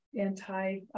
anti